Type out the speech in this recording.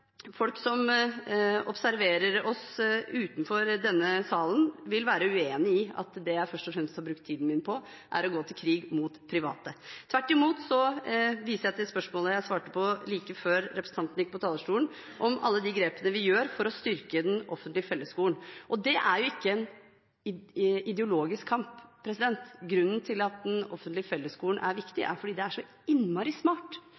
folk som observerer oss utenfor denne salen, vil være uenig i at det jeg først og fremst har brukt tiden min på, er å gå til krig mot private. Tvert imot viser jeg til spørsmålet jeg svarte på like før representanten gikk på talerstolen, om alle grepene vi gjør for å styrke den offentlige fellesskolen. Det er ikke en ideologisk kamp. Grunnen til at den offentlige fellesskolen er viktig, er at det er så innmari smart.